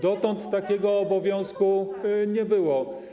Dotąd takiego obowiązku nie było.